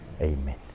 Amen